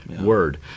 word